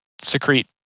secrete